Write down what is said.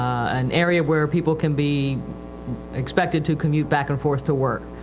an area where people can be expected to commute back and forth to work.